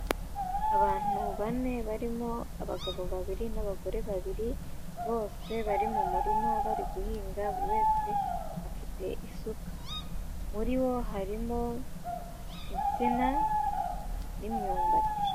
Abantu bane barimo abagabo babiri n'abagore babiri, bose bari mu murima bari guhinga, buri wese afite isuka, muri bo harimo insina n'imyumbati.